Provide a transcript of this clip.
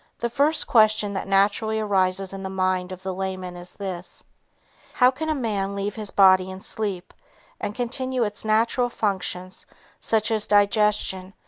the first question that naturally arises in the mind of the layman is this how can a man leave his body in sleep and continue its natural functions such as digestion,